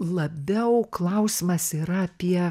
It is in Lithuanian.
labiau klausimas yra apie